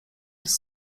jest